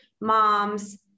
moms